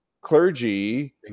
clergy